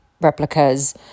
replicas